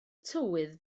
tywydd